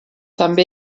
també